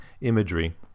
imagery